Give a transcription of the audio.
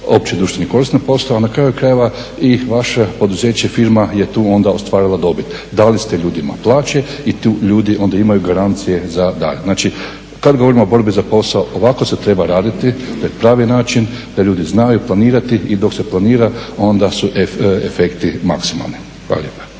općedruštveno koristan posao, na kraju krajeva i vaše poduzeće, firma je tu onda ostvarila dobit. Da li ste ljudima plaće i tu ljudi onda imaju garancije za dalje. Znači, kad govorimo o borbi za posao ovako se treba raditi, to je pravi način da ljudi znaju planirati i dok se planira onda se efekti maksimalni. Hvala lijepa.